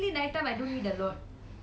என்ன சாப்புடுவ:enna saapuduveh dinner கு:ku